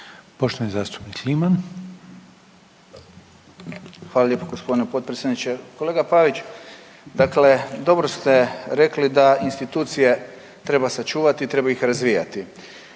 Anton (HDZ)** Hvala lijepo gospodine potpredsjedniče. Kolega Pavić, dakle dobro ste rekli da institucije treba sačuvati i treba ih razvijati.